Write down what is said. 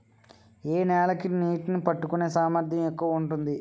ఏ నేల కి నీటినీ పట్టుకునే సామర్థ్యం ఎక్కువ ఉంటుంది?